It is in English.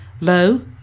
low